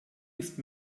ist